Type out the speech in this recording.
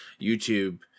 YouTube